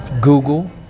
Google